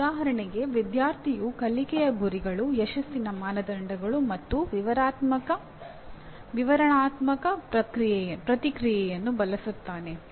ಉದಾಹರಣೆಗೆ ವಿದ್ಯಾರ್ಥಿಯು ಕಲಿಕೆಯ ಗುರಿಗಳು ಯಶಸ್ಸಿನ ಮಾನದಂಡಗಳು ಮತ್ತು ವಿವರಣಾತ್ಮಕ ಪ್ರತಿಕ್ರಿಯೆಯನ್ನು ಬಳಸುತ್ತಾನೆ